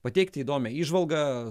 pateikti įdomią įžvalgą